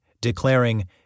declaring